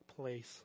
place